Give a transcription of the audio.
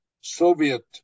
Soviet